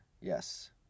Yes